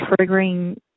triggering